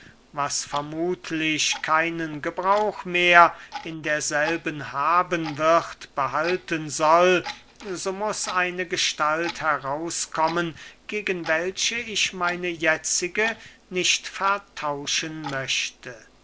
was vermuthlich keinen gebrauch mehr in derselben haben wird behalten soll so muß eine gestalt heraus kommen gegen welche ich meine jetzige nicht vertauschen möchte